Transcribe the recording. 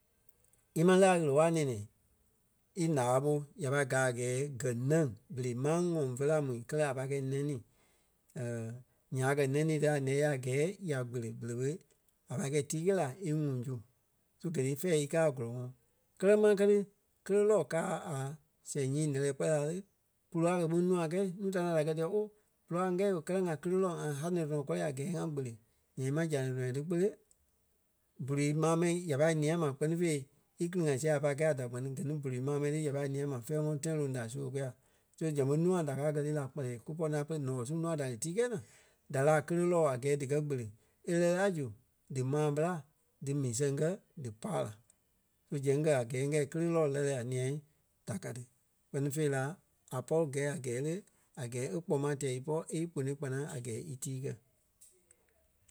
ímaŋ lí a ɣele-wala nɛ̃ɛ-nɛɛ í ǹá ɓo ya pai gaa a gɛɛ gɛ nɛŋ. Berei máŋ ŋɔŋ fe la mu kɛlɛ a pài kɛi nɛŋ-nii. Nyaa a kɛ̀ nɛŋ-nii ti a lɛ́ ya a gɛɛ ya gbele berei ɓé ya pâi kɛi tíi kɛi la íŋuŋ su. So gɛ ni fɛ̂ɛ í káa a gɔ́lɔŋɔɔ. Kɛ́lɛ e maŋ kɛ́ ti kéle lɔɔ káa a sɛŋ nyii lɛ́lɛ kpɛɛ la pulu a kɛ̀ kpîŋ nûa kɛi nuu ta ní ŋai díkɛ díyɛ ooo púlu a ŋ́gɛ̂i ooo kɛlɛ ŋa kéle lɔɔ ŋa ɣane tɔnɔ kɔ́ri a gɛɛ ŋa kpele. Nyaŋ ímaŋ sane tɔnɔ ti kpele pulu maa mɛni ya pâi nîa ma kpɛ́ni fêi íkili-ŋa sia a pai kɛi a da kpɛ́ni gɛ ni bulu maa mɛni ya pâi nîa ma fɛ̂ɛ ŋɔnɔ tãi loŋ da su e kôya. So zɛŋ ɓé nûa da káa kɛ́ lii la kpɛlɛɛ kú pɔ́-naa pere ǹɔɔ su nûa da lí tii kɛi naa, da lí a kéle lɔɔ a gɛɛ díkɛ gbele. E lɛ́ɛ la zu, dímaa ɓela dí mii sɛŋ kɛ̀ dí pa la. So zɛŋ gɛ̀ a gɛɛ ǹyɛɛ kéle lɔɔ lɛ́lɛɛ a ńîa da ka ti. Kpɛ́ni fêi la a pɔri gɛi a gɛɛ le a gɛɛ e kpoma tɛɛ ípɔ é í gbonôi kpanaŋ a gɛɛ ítii kɛ.